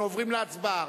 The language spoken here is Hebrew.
אנחנו עוברים להצבעה.